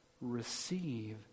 receive